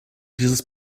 dieses